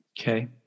Okay